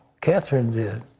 katherine did.